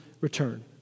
return